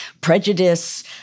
prejudice